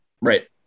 Right